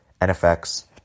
NFX